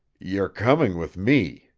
you're coming with me,